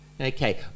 okay